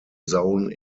zone